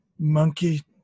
monkey